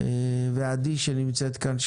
ועדי רוזנברג שנמצאת כאן,